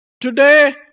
Today